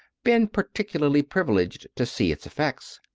been peculiarly privileged to see its effects.